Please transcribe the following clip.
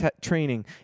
training